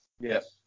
Yes